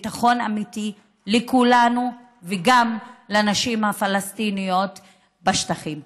ביטחון אמיתי לכולנו וגם לנשים הפלסטיניות בשטחים.